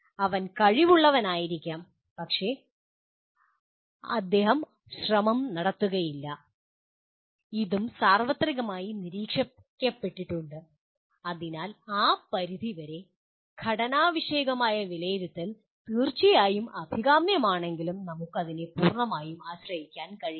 അവൻ കഴിവുള്ളവനായിരിക്കാം പക്ഷേ അദ്ദേഹം ശ്രമം നടത്തുകയില്ല ഇതും സാർവത്രികമായി നിരീക്ഷിക്കപ്പെട്ടിട്ടുണ്ട് അതിനാൽ ആ പരിധിവരെ ഘടനാ വിഷയകമായ വിലയിരുത്തൽ തീർച്ചയായും അഭികാമ്യമാണെങ്കിലും നമുക്ക് അതിനെ പൂർണ്ണമായും ആശ്രയിക്കാൻ കഴിയില്ല